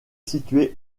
situé